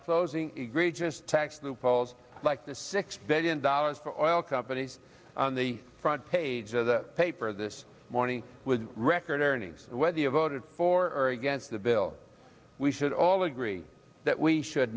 closing egregious tax loopholes like the six billion dollars for oil companies on the front page of the paper this morning with record earnings and whether you voted for or against the bill we should all agree that we should